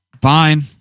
fine